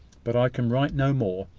but i can write no more.